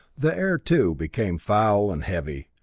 the air, too, became foul and heavy,